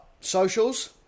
socials